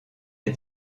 les